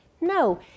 No